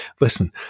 Listen